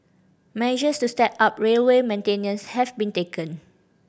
measures to step up railway maintenance have been taken